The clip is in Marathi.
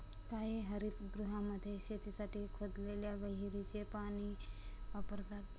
काही हरितगृहांमध्ये शेतीसाठी खोदलेल्या विहिरीचे पाणी वापरतात